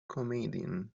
comedian